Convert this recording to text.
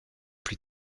plus